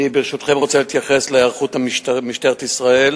אני, ברשותכם, רוצה להתייחס להיערכות משטרת ישראל,